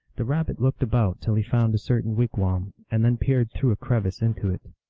the rabbit looked about till he found a certain wigwam, and then peered through a crevice into it.